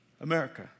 America